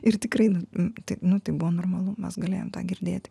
ir tikrai nu nu tai buvo normalu mes galėjom tą girdėti